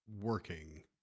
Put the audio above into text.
working